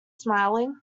smiling